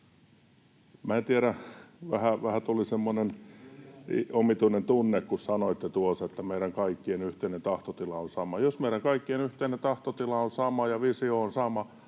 en tiedä... Vähän tuli semmoinen omituinen tunne, kun sanoitte tuossa, että meidän kaikkien yhteinen tahtotila on sama. Jos meidän kaikkien yhteinen tahtotila on sama ja visio on sama,